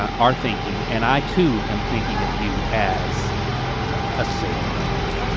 are thinking and i too am thinking of you as a sailboat.